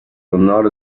honor